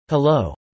Hello